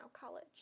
college